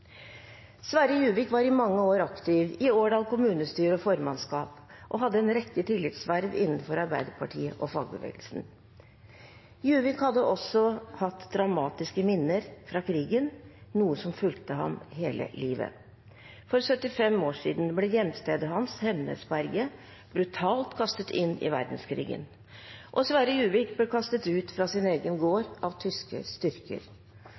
Juvik var i mange år aktiv i Årdal kommunestyre og formannskap og hadde en rekke tillitsverv innenfor Arbeiderpartiet og fagbevegelsen. Juvik hadde også dramatiske minner fra krigen, noe som fulgte ham hele livet. For 75 år siden ble hjemstedet hans, Hemnesberget, brutalt kastet inn i verdenskrigen. Og Sverre Juvik ble kastet ut fra sin egen gård av tyske styrker.